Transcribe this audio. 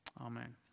Amen